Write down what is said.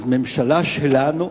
אז ממשלה שלנו,